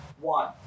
One